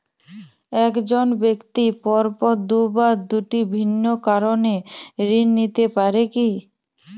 এক জন ব্যক্তি পরপর দুবার দুটি ভিন্ন কারণে ঋণ নিতে পারে কী?